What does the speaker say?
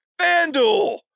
FanDuel